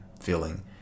feeling